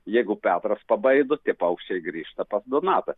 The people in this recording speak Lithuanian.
jeigu petras pabaido tie paukščiai grįžta pas donatą